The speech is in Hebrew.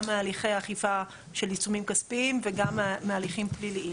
גם מהליכי אכיפה של עיצומים כספיים וגם מהליכים פליליים.